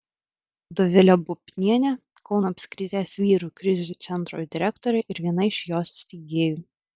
dovilė bubnienė kauno apskrities vyrų krizių centro direktorė ir viena iš jo steigėjų